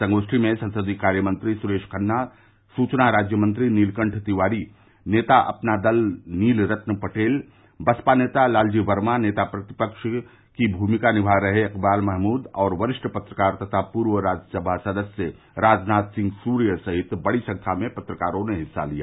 संगोष्ठी में संसदीय कार्यमंत्री सुरेश खन्ना सूचना राज्य मंत्री नीलकंठ तिवारी नेता अपना दल नीलरल पटेल बसपा नेता लालजी वर्मा नेता प्रतिपक्ष की भूमिका निभा रहे इक़बाल महमूद और वरिष्ठ पत्रकार तथा पूर्व राज्यसभा सदस्य राजनाथ सिंह सूर्य सहित बड़ी संख्या में पत्रकारों ने हिस्सा लिया